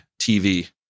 TV